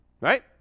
right